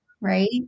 right